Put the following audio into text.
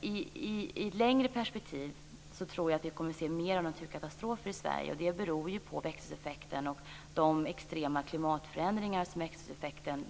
I ett längre perspektiv tror jag att vi kommer att se mer av naturkatastrofer i Sverige beroende på växthuseffekten och de extrema klimatförändringar som följer av växthuseffekten.